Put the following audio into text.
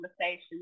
conversation